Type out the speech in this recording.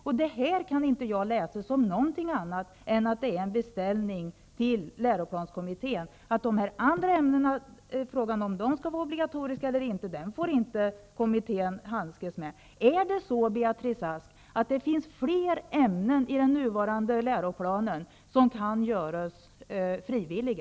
Jag kan inte läsa det här som någonting annat än en beställning till läroplanskommittén att den inte får handskas med frågan om de andra ämnena skall vara obligatoriska eller inte. Är det så, Beatrice Ask, att det finns fler ämnen i den nuvarande läroplanen som kan göras frivilliga?